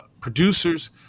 producers